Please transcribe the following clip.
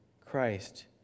Christ